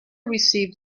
received